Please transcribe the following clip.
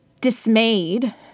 dismayed